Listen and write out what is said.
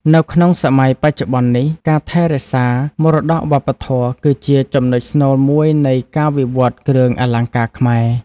នៅក្នុងសម័យបច្ចុប្បន្ននេះ ការថែរក្សាមរតកវប្បធម៌ គឺជាចំណុចស្នូលមួយនៃការវិវត្តន៍គ្រឿងអលង្ការខ្មែរ។